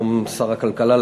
היום שר הכלכלה,